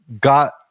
got